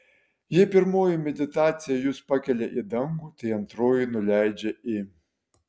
jei pirmoji meditacija jus pakelia į dangų tai antroji nuleidžia į